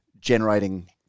generating